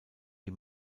die